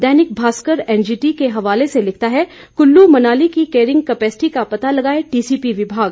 दैनिक Bhaskar NGT के हवाले से लिखता है कुल्लू मनाली की कैरिंग कैपेस्टी का पता लगाए टीसीपी विभाग